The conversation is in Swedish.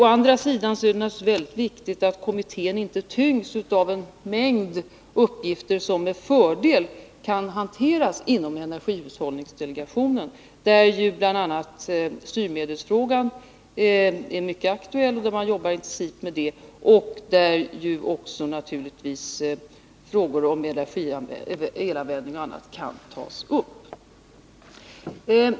Å andra sidan är det naturligtvis viktigt att kommittén inte tyngs av en mängd uppgifter som med fördel kan hanteras av energihushållningsdelegationen, där bl.a. styrmedelsfrågan är mycket aktuell — man jobbar intensivt med den — och där naturligtvis också frågor om elanvändning och annat kan tas upp.